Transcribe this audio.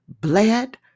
bled